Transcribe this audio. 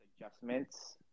adjustments